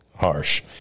harsh